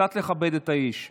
קצת לכבד את האיש.